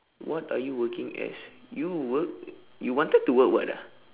what are you working as you work you wanted to work what ah